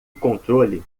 controle